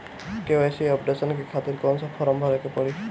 KYC updation के खातिर कौन सा फारम भरे के पड़ी?